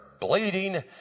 bleeding